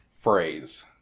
phrase